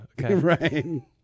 Right